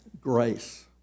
grace